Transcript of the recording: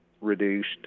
reduced